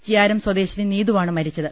ചിയാരം സ്വദേശിനി നീതുവാണ് മരി ച്ചത്